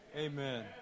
Amen